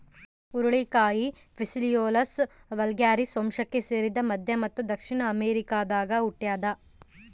ಹುರುಳಿಕಾಯಿ Phaseolus vulgaris ವಂಶಕ್ಕೆ ಸೇರಿದ ಮಧ್ಯ ಮತ್ತು ದಕ್ಷಿಣ ಅಮೆರಿಕಾದಾಗ ಹುಟ್ಯಾದ